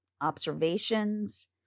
observations